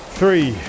three